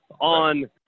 on